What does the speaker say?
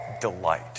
delight